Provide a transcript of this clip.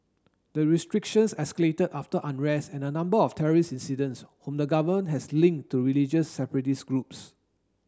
the restrictions escalated after unrest and a number of terrorist incidents whom the government has linked to religious separatist groups